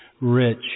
rich